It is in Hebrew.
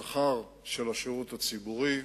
בשכר בשירות הציבורי.